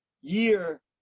year